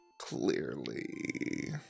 Clearly